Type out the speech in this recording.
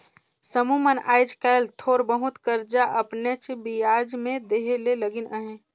समुह मन आएज काएल थोर बहुत करजा अपनेच बियाज में देहे ले लगिन अहें